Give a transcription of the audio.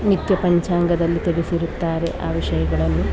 ನಿತ್ಯ ಪಂಚಾಂಗದಲ್ಲಿ ತಿಳಿಸಿರುತ್ತಾರೆ ಆ ವಿಷಯಗಳನ್ನು